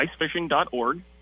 icefishing.org